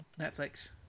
Netflix